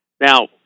Now